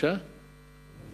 שאלה נוספת.